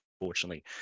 unfortunately